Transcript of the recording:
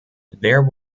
there